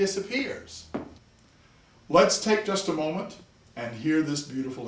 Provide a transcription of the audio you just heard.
disappears let's take just a moment and hear this beautiful